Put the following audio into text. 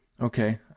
Okay